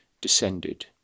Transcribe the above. descended